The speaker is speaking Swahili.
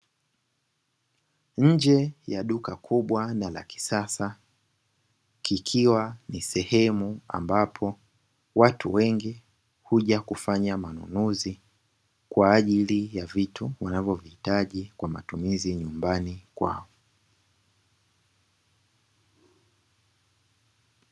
Nje ya duka kubwa na la kisasa kikiwa ni sehemu ambapo watu wengi huja kufanya manunuzi kwa ajili ya vitu wanavovihitaji kwa matumizi ya nyumbani kwao.